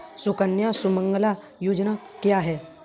सुकन्या सुमंगला योजना क्या है?